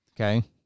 Okay